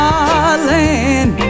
Darling